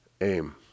aim